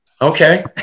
Okay